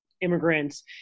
immigrants